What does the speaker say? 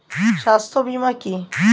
স্বাস্থ্য বীমা কি?